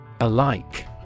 Alike